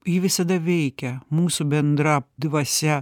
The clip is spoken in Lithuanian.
ji visada veikia mūsų bendra dvasia